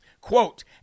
Quote